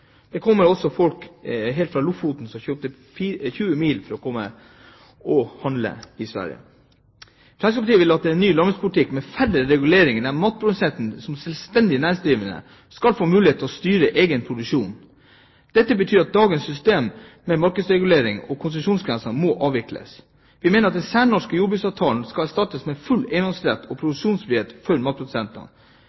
Det kommer også folk helt fra Lofoten som kjører 20 mil for å handle i Sverige. Fremskrittspartiet vil ha en ny landbrukspolitikk med færre reguleringer, der matprodusentene som selvstendig næringsdrivende skal få mulighet til å styre egen produksjon. Dette betyr at dagens system med markedsregulering og konsesjonsgrenser må avvikles. Vi mener at den særnorske jordbruksavtalen skal erstattes med full eiendomsrett og